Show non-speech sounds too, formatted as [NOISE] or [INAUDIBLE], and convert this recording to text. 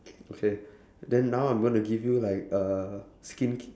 [NOISE] okay then now I'm now going to give you like uh skinc~